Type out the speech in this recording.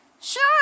Sure